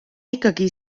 ikkagi